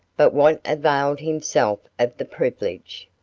but what availed himself of the privilege.